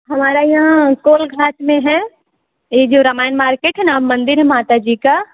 हमारा यहाँ कोलघाट में है ये जो रामायण मार्केट है ना मंदिर है माता जी का